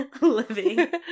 living